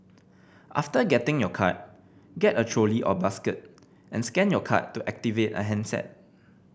after getting your card get a trolley or basket and scan your card to activate a handset